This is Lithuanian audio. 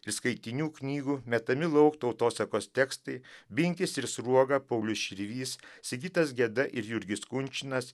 iš skaitinių knygų metami lauk tautosakos tekstai binkis ir sruoga paulius širvys sigitas geda ir jurgis kunčinas